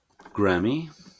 Grammy